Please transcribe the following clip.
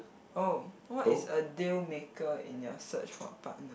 oh what is a deal maker in your search for a partner